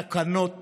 תקנות